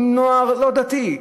עם נוער לא דתי,